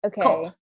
Okay